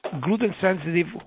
gluten-sensitive